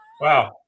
Wow